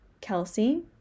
Kelsey